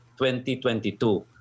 2022